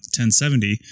1070